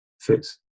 fits